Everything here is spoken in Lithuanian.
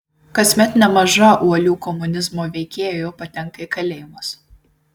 kasmet nemaža uolių komunizmo veikėjų patenka į kalėjimus